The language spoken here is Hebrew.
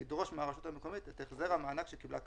לדרוש מהרשות המקומית את החזר המענק שקיבלה כאמור.